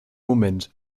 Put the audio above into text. moment